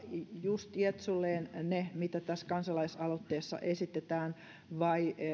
just jetsulleen ne mitä tässä kansalaisaloitteessa esitetään vai